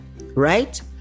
right